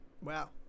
wow